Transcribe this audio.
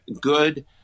good